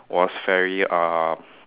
was very uh